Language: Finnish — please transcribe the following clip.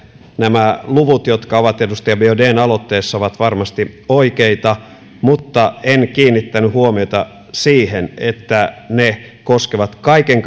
nämä luvut jotka ovat edustaja biaudetn aloitteessa ovat varmasti oikeita mutta en kiinnittänyt huomiota siihen että ne koskevat kaiken